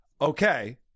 Okay